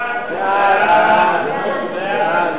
סעיף 8, כהצעת